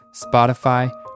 Spotify